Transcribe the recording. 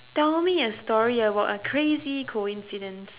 tell me a story about a crazy coincidence